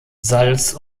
salz